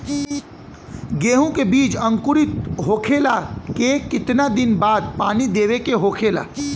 गेहूँ के बिज अंकुरित होखेला के कितना दिन बाद पानी देवे के होखेला?